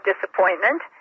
disappointment